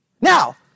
Now